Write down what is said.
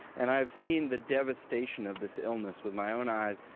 and i have seen the devastation of this illness with my own eyes,